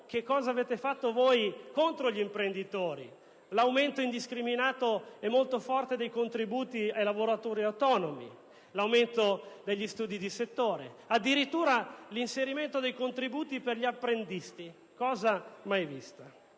cosa avete fatto voi contro gli imprenditori: l'aumento indiscriminato e molto forte dei contributi per i lavoratori autonomi, l'aumento degli studi di settore e, addirittura, l'inserimento dei contributi per gli apprendisti, cosa mai vista;